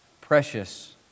precious